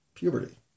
puberty